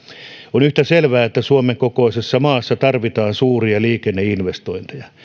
on yhtä selvää että suomen kokoisessa maassa tarvitaan suuria liikenneinvestointeja